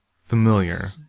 familiar